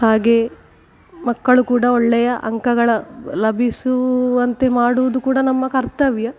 ಹಾಗೆ ಮಕ್ಕಳು ಕೂಡ ಒಳ್ಳೆಯ ಅಂಕಗಳ ಲಭಿಸುವಂತೆ ಮಾಡುವುದು ಕೂಡ ನಮ್ಮ ಕರ್ತವ್ಯ